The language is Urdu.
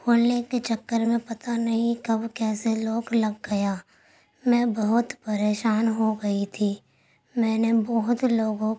کھولنے کے چکر میں پتہ نہیں کب کیسے لوک لگ گیا میں بہت پریشان ہو گئی تھی میں نے بہت لوگوں